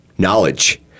Knowledge